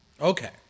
okay